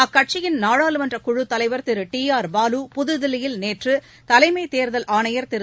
அக்கட்சியின் நாடாளுமன்றக் குழுத் தலைவர் திரு டி ஆர் பாலு புதுதில்லியில் நேற்று தலைமைத் தேர்தல் ஆணையர் திரு